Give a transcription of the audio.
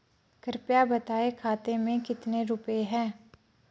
कृपया बताएं खाते में कितने रुपए हैं?